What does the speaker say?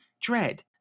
Dread